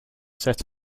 set